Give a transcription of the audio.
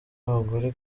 abagore